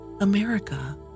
america